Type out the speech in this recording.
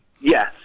Yes